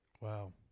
wow